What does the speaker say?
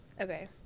Okay